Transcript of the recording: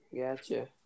Gotcha